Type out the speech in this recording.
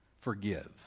Forgive